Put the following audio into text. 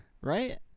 right